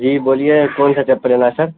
جی بولیے کون سا چپل لینا ہے سر